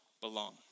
belong